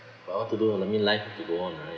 but what to do I mean life have to go on right